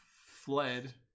fled